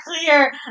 clear